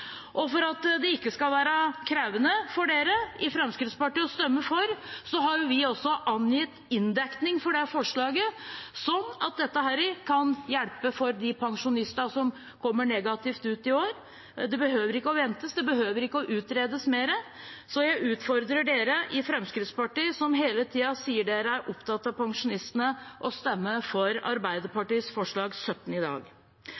For at det ikke skal være krevende for dere i Fremskrittspartiet å stemme for, har vi angitt inndekning for det forslaget, sånn at dette kan hjelpe for de pensjonistene som kommer negativt ut i år – en behøver ikke å vente, en behøver ikke å utrede mer. Så jeg utfordrer dere i Fremskrittspartiet, som hele tida sier dere er opptatt av pensjonistene, til å stemme for Arbeiderpartiets forslag nr. 17 i dag.